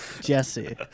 Jesse